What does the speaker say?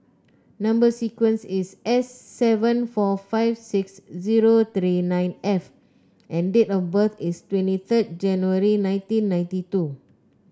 number sequence is S seven four five six zero three nine F and date of birth is twenty third January nineteen ninety two